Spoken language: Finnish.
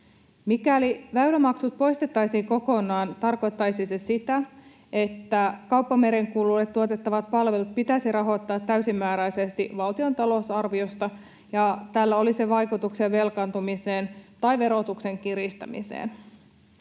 Mikäli väylämaksut poistettaisiin kokonaan, tarkoittaisi se sitä, että kauppamerenkululle tuotettavat palvelut pitäisi rahoittaa täysimääräisesti valtion talousarviosta, ja tällä olisi vaikutuksia velkaantumiseen tai verotuksen kiristämiseen.